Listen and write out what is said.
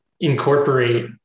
incorporate